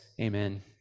Amen